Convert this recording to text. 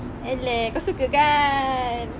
eleh kau suka kan